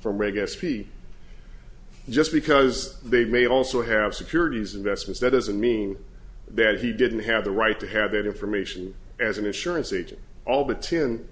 from reg s p just because they may also have securities investments that doesn't mean that he didn't have the right to have that information as an insurance agent all the tin